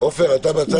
ארבעה בעד.